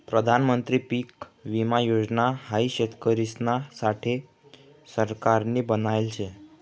प्रधानमंत्री पीक विमा योजना हाई शेतकरिसना साठे सरकारनी बनायले शे